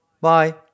Bye